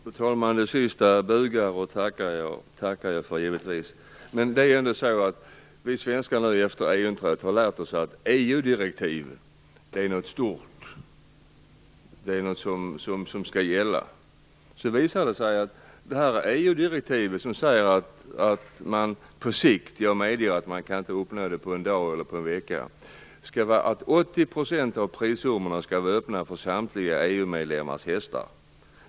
Fru talman! Givetvis bugar och tackar jag för det sista. Efter EU-inträdet har vi svenskar lärt oss att EU direktiv är någonting stort och någonting som skall gälla. Sedan visar det sig att det EU-direktiv som säger att på sikt - jag medger att man inte kan uppnå det på en dag eller på en vecka - skall 80 % av prissummorna vara öppna för samtliga EU medlemmars hästar.